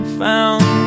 found